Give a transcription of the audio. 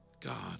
God